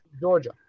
Georgia